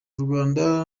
rwanda